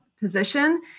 position